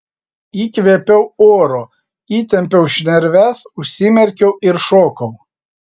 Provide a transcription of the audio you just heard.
įkvėpiau oro įtempiau šnerves užsimerkiau ir šokau